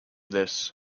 this